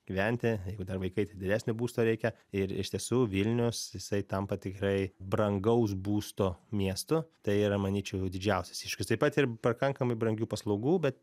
gyventi jeigu dar vaikai didesnio būsto reikia ir iš tiesų vilnius jisai tampa tikrai brangaus būsto miestu tai yra manyčiau didžiausias iššūkis taip pat ir pakankamai brangių paslaugų bet